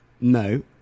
no